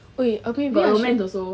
got romance also